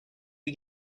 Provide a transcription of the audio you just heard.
you